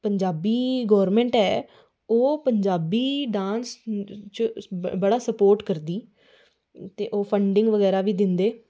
Punjabi government ऐ ओह् Punjabi dance गी सपोर्ट करदी ते फंडिंग बगैरा बी दिंदी